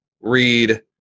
read